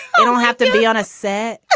you don't have to be on a set.